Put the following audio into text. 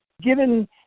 Given